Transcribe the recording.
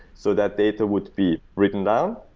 so that data would be written down.